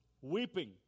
Weeping